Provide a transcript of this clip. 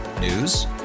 News